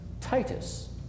Titus